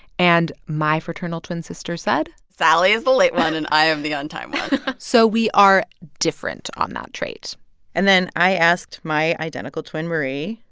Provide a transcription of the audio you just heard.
and my fraternal twin sister said. sally is the late one, and i am the on-time one so we are different on that trait and then i asked my identical twin, marie.